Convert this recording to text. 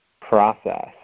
process